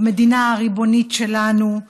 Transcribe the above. במדינה הריבונית שלנו,